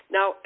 Now